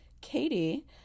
Katie